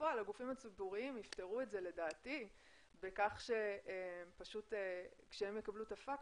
בפועל הגופים הציבוריים לדעתי יפתרו את זה בכך שכאשר הם יקבלו את הפקס,